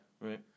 right